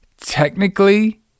technically